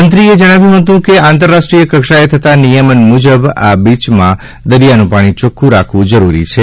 મંત્રીશ્રીએ જણાવ્યું હતું કે આંતરરાષ્ટ્રીય કક્ષાએ થતા નિયમન મુજબ આ બીચમાં દરિયાનું પાણી ચોખ્ખું રાખવું જરૂરી છે